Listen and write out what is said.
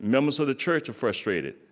members of the church are frustrated.